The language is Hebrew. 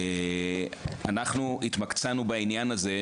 אנחנו התמקצענו בעניין הזה,